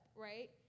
right